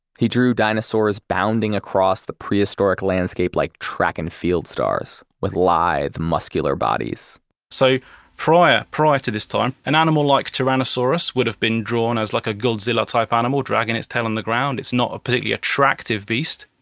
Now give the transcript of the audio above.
he drew dinosaurs bounding across the prehistoric landscape like track and field stars with lithe, muscular bodies so prior prior to this time, an animal like tyrannosaurus would have been drawn as like a godzilla type animal, dragging its tail on the ground. it's not a perfectly attractive beast,